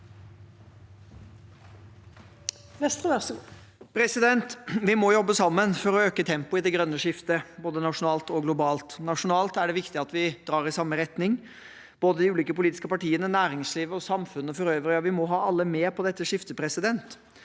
Vi må job- be sammen for å øke tempoet i det grønne skiftet, både nasjonalt og globalt. Nasjonalt er det viktig at vi drar i samme retning, både de ulike politiske partiene, næringslivet og samfunnet for øvrig. Vi må ha alle med på dette skiftet. Større